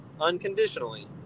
Unconditionally